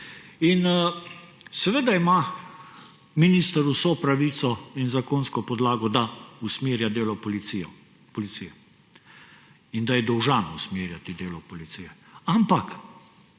Seveda ima minister vso pravico in zakonsko podlago, da usmerja delo policije in da je dolžan usmerjati delo policije. Ampak